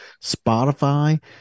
Spotify